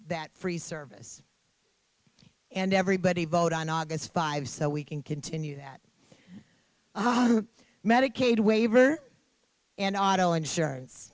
that free service and everybody vote on august five so we can continue that medicaid waiver and auto insurance